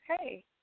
hey